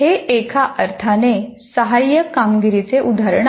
हे एका अर्थाने सहाय्यक कामगिरीचे उदाहरण आहे